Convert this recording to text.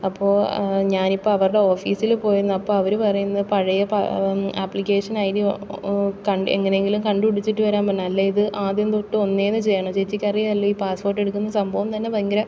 അപ്പോൾ ഞാനിപ്പോൾ അവരുടെ ഓഫീസില് പോയിരുന്നു അപ്പോൾ അവര് പറയുന്നു പഴയ പാ ആപ്ലിക്കേഷൻ ഐ ഡി കണ്ട് എങ്ങനെങ്കിലും കണ്ടു പിടിച്ചിട്ട് വരാൻ പറഞ്ഞു അല്ലേൽ ഇത് ആദ്യം തൊട്ടു ഒന്നേന്നു ചെയ്യണം ചേച്ചിക്കറിയാമല്ലോ ഈ പാസ്പോർട്ടെടുക്കുന്ന സംഭവം തന്നെ ഭയങ്കര